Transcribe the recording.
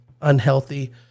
unhealthy